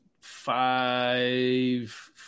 five